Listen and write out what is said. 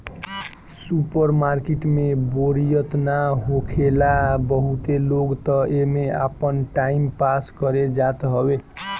super market में बोरियत ना होखेला बहुते लोग तअ एमे आपन टाइम पास करे जात हवे